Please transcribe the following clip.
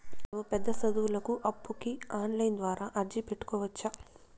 మేము పెద్ద సదువులకు అప్పుకి ఆన్లైన్ ద్వారా అర్జీ పెట్టుకోవచ్చా?